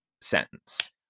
sentence